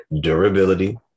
durability